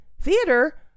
Theater